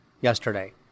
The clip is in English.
yesterday